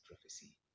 prophecy